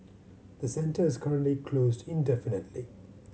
the centre is currently closed indefinitely